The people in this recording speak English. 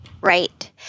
Right